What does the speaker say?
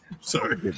Sorry